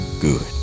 good